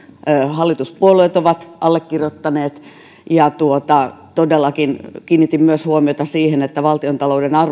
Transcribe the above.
hallituspuolueet ovat allekirjoittaneet todellakin kiinnitin huomiota myös siihen että valtiontalouden